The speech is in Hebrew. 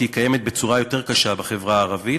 כי היא קיימת בצורה יותר קשה בחברה הערבית.